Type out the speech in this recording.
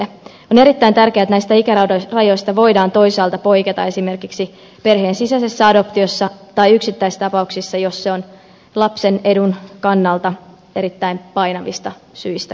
on erittäin tärkeää että näistä ikärajoista voidaan toisaalta poiketa esimerkiksi perheen sisäisessä adoptiossa tai yksittäistapauksissa jos se on lapsen edun kannalta erittäin painavista syistä hyödyllistä